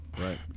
right